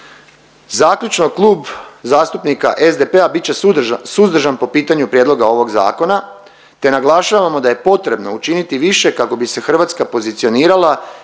Zaključno, Klub zastupnika SDP-a bit će suzdržan po pitanju prijedloga ovog zakona, te naglašavamo da je potrebno učiniti više kako bi se Hrvatska pozicionirala